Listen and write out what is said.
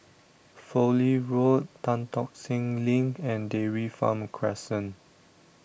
Fowlie Road Tan Tock Seng LINK and Dairy Farm Crescent